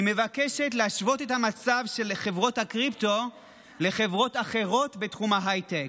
היא מבקשת להשוות את המצב של חברות הקריפטו לחברות אחרות בתחום ההייטק,